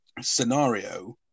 scenario